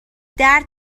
درد